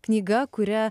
knyga kuria